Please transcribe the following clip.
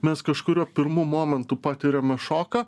nes kažkuriuo pirmu momentu patiriame šoką